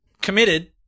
committed